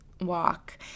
walk